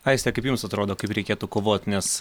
aiste kaip jums atrodo kaip reikėtų kovot nes